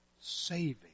saving